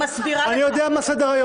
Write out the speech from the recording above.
-- אני יודע מה סדר היום,